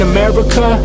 America